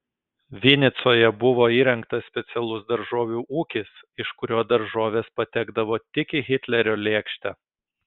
vinicoje buvo įrengtas specialus daržovių ūkis iš kurio daržovės patekdavo tik į hitlerio lėkštę